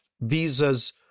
visas